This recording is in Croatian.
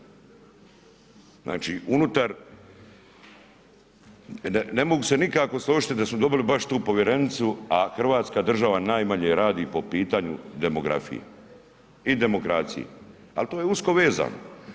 Znači unutar ne mogu se nikako složiti da smo dobili baš tu povjerenicu, a Hrvatska država najmanje radi po pitanju demografije i demokracije, ali to je usko vezano.